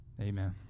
Amen